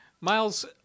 Miles